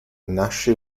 nasce